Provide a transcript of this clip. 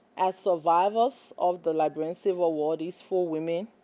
as survivors of the liberian civil war, these four women,